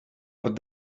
but